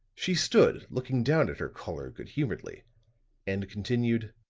she stood looking down at her caller, good-humoredly and continued